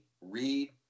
read